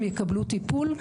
הם יקבלו טיפול,